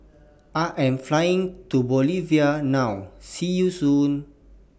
I Am Flying to Bolivia now See YOU Soon